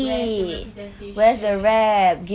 where's the representation